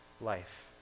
life